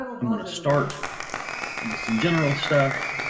i'm gonna start and with some general stuff.